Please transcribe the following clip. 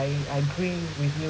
I I crimp with you